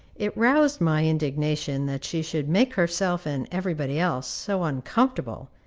it roused my indignation that she should make herself and every body else so uncomfortable,